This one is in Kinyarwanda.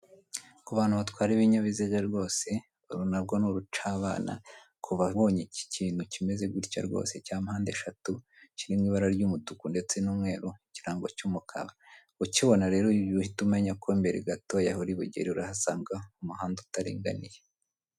Kubantu batwara ibinyabiziga rwose urunarwo n'urucabana kubabonye iki kintu kimeze gutya rwose cya mpande eshatu kiri mu ibara ry'umutuku ndetse n'umweru mu kirango cy'umukara ukibona rero uhita umenya ko imbere yawe uri bugere urahasanga umuhanda utaringaniye.